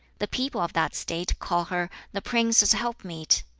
the people of that state call her the prince's helpmeet,